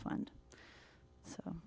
fund so